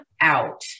out